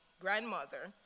grandmother